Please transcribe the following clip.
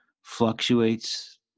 fluctuates